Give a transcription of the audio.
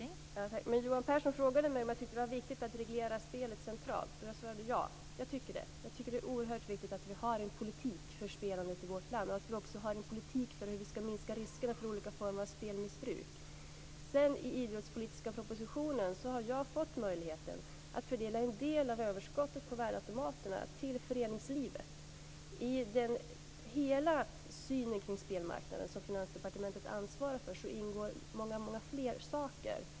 Fru talman! Johan Pehrson frågade mig om jag tyckte att det var viktigt att reglera spelet centralt, och jag svarade ja. Jag tycker att det är oerhört viktigt att vi har en politik för spelandet i vårt land och att vi också har en politik för hur vi skall minska riskerna för olika former av spelmissbruk. I den idrottspolitiska propositionen har jag fått möjligheten att fördela en del av överskottet från värdeautomaterna till föreningslivet. Finansdepartementet ansvarar för spelmarknaden, och i synen på denna ingår mycket mer.